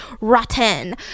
rotten